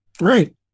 Right